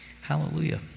Hallelujah